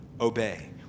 obey